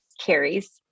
Carrie's